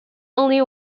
only